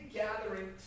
gathering